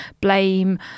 blame